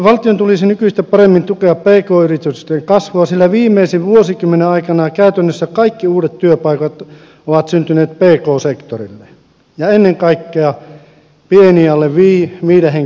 valtion tulisi nykyistä paremmin tukea pk yritysten kasvua sillä viimeisen vuosikymmenen aikana käytännössä kaikki uudet työpaikat ovat syntyneet pk sektorille ja ennen kaikkea ne ovat pieniä alle viiden henkilön yrityksiä